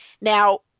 Now